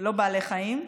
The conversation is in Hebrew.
לא בעלי חיים,